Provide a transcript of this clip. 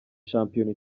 shampiyona